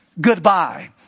goodbye